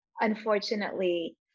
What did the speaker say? unfortunately